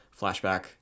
flashback